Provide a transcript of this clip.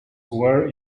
were